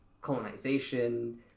colonization